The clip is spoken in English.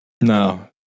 No